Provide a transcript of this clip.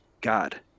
God